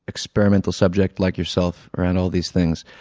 experimental subject, like yourself, around all these things.